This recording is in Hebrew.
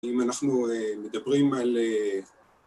אם אנחנו מדברים על